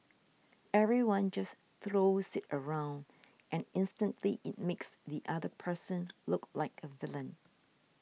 everyone just throws it around and instantly it makes the other person look like a villain